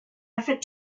effort